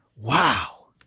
wow,